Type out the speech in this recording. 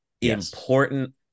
important